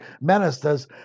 ministers